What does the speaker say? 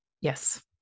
Yes